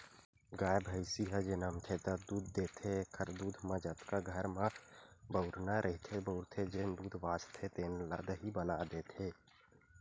गाय, भइसी ह जमनथे त दूद देथे एखर दूद म जतका घर म बउरना रहिथे बउरथे, जेन दूद बाचथे तेन ल दही बना देथे